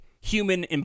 human